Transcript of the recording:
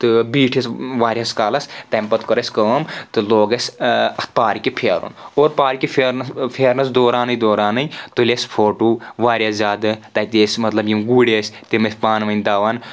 تہٕ بیٖٹھۍ أسۍ واریہس کالس تَمہِ پَتہٕ کٔر اسہِ کٲم تہٕ لوگ اسہِ اتھ پارکہِ پھیرُن اور پارکہِ پھیرنس پھیرنس دورانٕے دورانٕے تُلۍ اسہِ فوٹو واریاہ زیادٕ تَتی ٲسۍ مطلب یِم گُرۍ ٲسۍ تِم ٲسۍ پانہٕ ؤنۍ دَوان